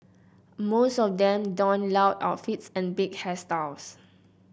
most of them donned loud outfits and big hairstyles